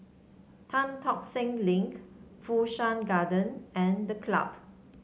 Tan Tock Seng Link Fu Shan Garden and The Club